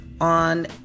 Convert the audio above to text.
on